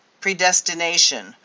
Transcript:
predestination